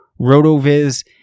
Rotoviz